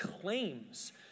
claims